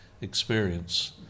experience